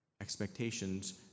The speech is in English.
Expectations